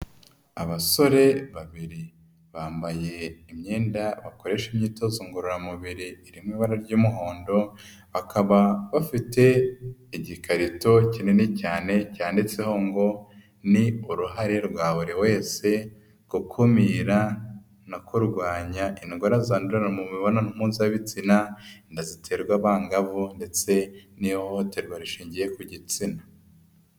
Abasore babiri bambaye imyenda bakoresha imyitozo ngororamubiri irimo ibara ry'umuhondo, bakaba bafite igikarito kinini cyane cyanditseho ngo, ni uruhare rwa buri wese gukumira no kurwanya indwara zandurira mu mibonanompuzabitsina, inda ziterwa abangavu ndetse n'ihohoterwa rishingiye ku gitsina.